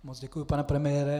Moc děkuju, pane premiére.